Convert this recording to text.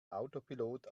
autopilot